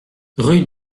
rue